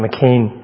McCain